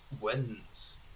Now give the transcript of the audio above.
wins